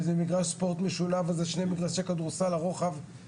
אם זה מגרש ספורט משולב אז את שני מגרשי כדורסל לרוחב.